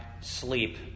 sleep